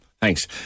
Thanks